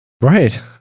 Right